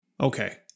Okay